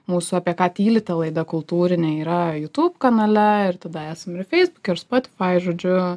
mūsų apie ką tylite laida kultūrinė yra youtube kanale ir tada esam ir feisbuke ir spotify žodžiu